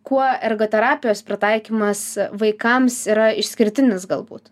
kuo ergoterapijos pritaikymas vaikams yra išskirtinis galbūt